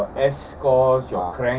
ah